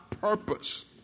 purpose